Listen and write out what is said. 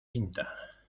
pinta